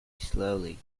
slowly